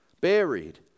buried